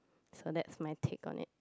so that's my take on it